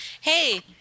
Hey